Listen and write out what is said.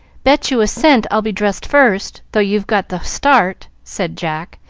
bet you a cent i'll be dressed first, though you have got the start, said jack,